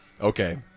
Okay